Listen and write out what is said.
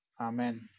amen